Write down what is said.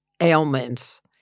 ailments